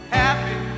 happy